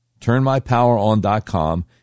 TurnMyPowerOn.com